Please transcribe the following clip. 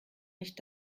nicht